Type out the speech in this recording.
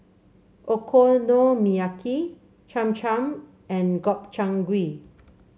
Okonomiyaki Cham Cham and Gobchang Gui